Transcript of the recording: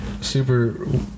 super